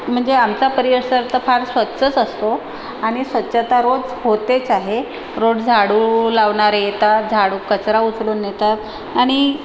म्हणजे आमचा पर्यसर तर फार स्वच्छच असतो आणि स्वच्छता रोज होतेच आहे रोड झाडू लावणारे येतात झाडू कचरा उचलून नेतात आणि